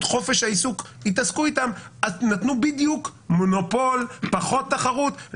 חופש העיסוק נתנו בדיוק מונופול ופחות תחרות.